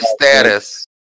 status